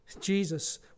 Jesus